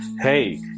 Hey